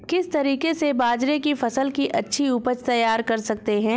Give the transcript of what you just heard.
किस तरीके से बाजरे की फसल की अच्छी उपज तैयार कर सकते हैं?